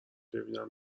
ببینم